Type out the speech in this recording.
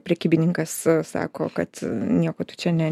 prekybininkas sako kad nieko tu čia ne